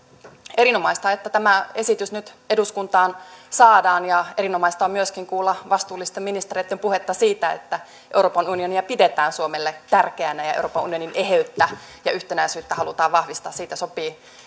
erinomaista on että tämä esitys nyt eduskuntaan saadaan ja erinomaista on myöskin kuulla vastuullisten ministereitten puhetta siitä että euroopan unionia pidetään suomelle tärkeänä ja ja euroopan unionin eheyttä ja yhtenäisyyttä halutaan vahvistaa siitä sopii